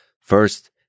First